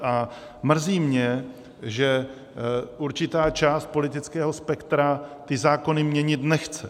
A mrzí mě, že určitá část politického spektra ty zákony měnit nechce.